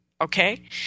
Okay